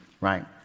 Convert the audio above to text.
right